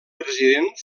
president